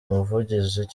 umuvugizi